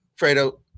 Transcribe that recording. Fredo